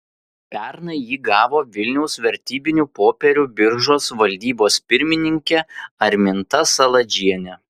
pernai jį gavo vilniaus vertybinių popierių biržos valdybos pirmininkė arminta saladžienė